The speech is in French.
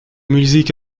musique